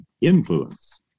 influence